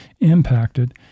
impacted